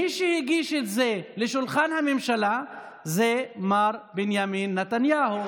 מי שהגיש את זה לשולחן הממשלה זה מר בנימין נתניהו.